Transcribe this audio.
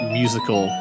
musical